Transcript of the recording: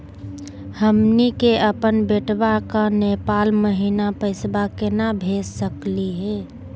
हमनी के अपन बेटवा क नेपाल महिना पैसवा केना भेज सकली हे?